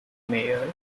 mayor